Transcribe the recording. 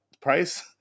price